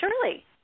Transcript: surely